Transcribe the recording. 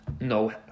no